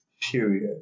period